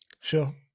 Sure